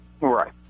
Right